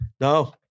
No